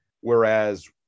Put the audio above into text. Whereas